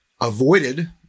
avoided